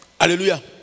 Hallelujah